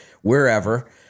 wherever